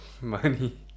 money